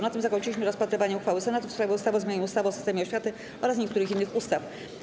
Na tym zakończyliśmy rozpatrywanie uchwały Senatu w sprawie ustawy o zmianie ustawy o systemie oświaty oraz niektórych innych ustaw.